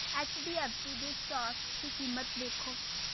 H D F C ਦੇ stock ਦੀ ਕੀਮਤ ਵੇਖੋ